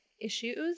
issues